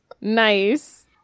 Nice